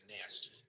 nasty